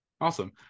Awesome